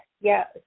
Yes